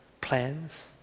plans